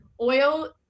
oil